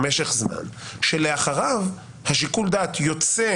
משך זמן שלאחריו שיקול הדעת יוצא